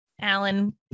Alan